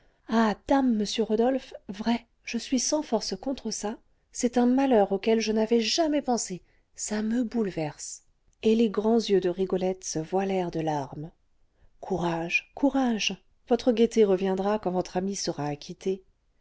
ah dame monsieur rodolphe vrai je suis sans force contre ça c'est un malheur auquel je n'avais jamais pensé ça me bouleverse et les grands yeux de rigolette se voilèrent de larmes courage courage votre gaieté reviendra quand votre ami sera acquitté